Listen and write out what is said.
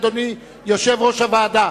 אדוני יושב-ראש הוועדה.